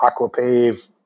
aquapave